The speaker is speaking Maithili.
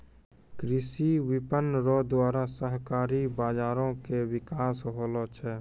कृषि विपणन रो द्वारा सहकारी बाजारो के बिकास होलो छै